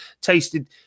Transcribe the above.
tasted